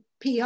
PR